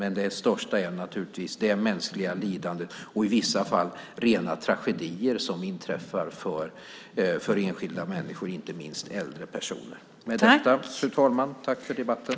Men det största är naturligtvis det mänskliga lidandet, och i vissa fall rena tragedier som inträffar för enskilda människor, inte minst äldre personer. Jag tackar för debatten.